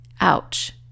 Ouch